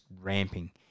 ramping